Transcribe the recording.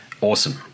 Awesome